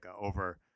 over